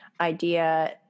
idea